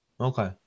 Okay